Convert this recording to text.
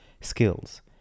skills